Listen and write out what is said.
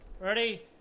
Ready